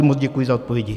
Moc děkuji za odpovědi.